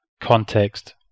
context